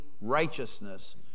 righteousness